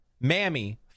Mammy